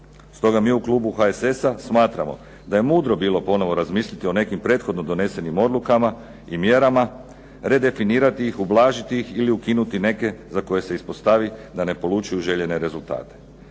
Stoga mi u klubu HSS-a smatramo da je mudro bilo ponovo razmisliti o nekim prethodno donesenim odlukama i mjerama, redefinirati ih, ublažiti ih ili ukinuti neke za koje se ispostavi da ne polučuju željene rezultate.